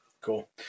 Cool